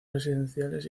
residenciales